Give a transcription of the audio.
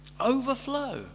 overflow